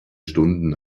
stunden